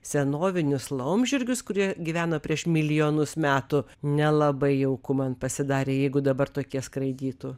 senovinius laumžirgius kurie gyveno prieš milijonus metų nelabai jauku man pasidarė jeigu dabar tokie skraidytų